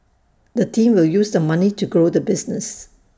the team will use the money to grow the business